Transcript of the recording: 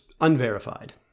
unverified